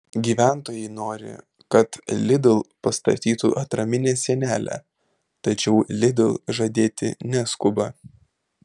gyventojai nori kad lidl pastatytų atraminę sienelę tačiau lidl žadėti neskuba